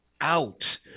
out